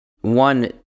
one